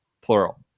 plural